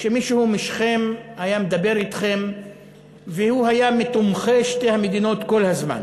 שמישהו משכם היה מדבר אתכם והוא היה מתומכי שתי המדינות כל הזמן,